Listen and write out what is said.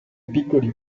piccoli